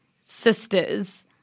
sisters